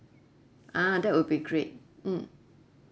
ah that will be great mm